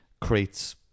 creates